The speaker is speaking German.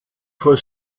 vor